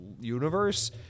universe